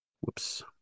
Whoops